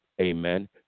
Amen